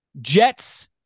Jets